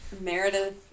Meredith –